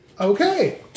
Okay